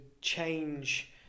change